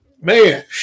Man